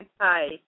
Hi